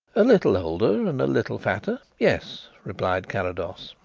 a little older and a little fatter yes, replied carrados.